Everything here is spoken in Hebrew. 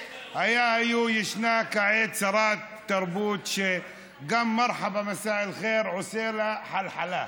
יש כעת שרת תרבות שגם מרחבא מסא אל-ח'יר עושה לה חלחלה.